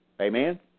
Amen